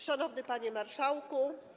Szanowny Panie Marszałku!